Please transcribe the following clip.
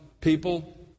people